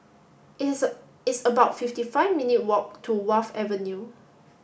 it is it's about fifty five minute walk to Wharf Avenue